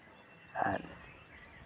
ᱟᱨ